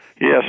Yes